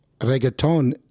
reggaeton